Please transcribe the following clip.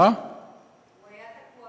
היה תקוע,